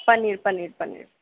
পনির paneer পনির